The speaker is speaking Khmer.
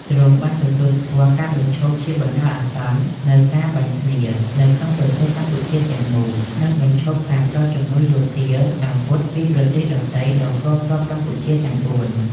ទ្រង់បានទទួលស្គាល់ការបញ្ឈប់ជាបណ្តោះអាសន្ននូវការបាញ់គ្នា នៅក្នុងប្រទេសកម្ពុជាទំាំងមូល និងបញ្ឈប់ការផ្តល់ជំនួយយោធា អាវុធ ពីប្រទេសដទៃដល់កងទ័ពកម្ពុជាទំាងបួន។